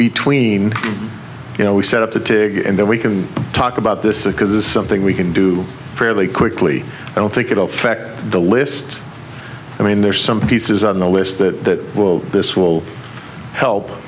between you know we set up the tig and then we can talk about this because it's something we can do fairly quickly i don't think it affects the list i mean there are some pieces on the list that will this will help